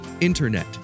INTERNET